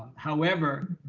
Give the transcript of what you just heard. however,